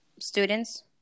students